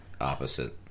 opposite